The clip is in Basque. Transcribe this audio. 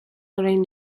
orain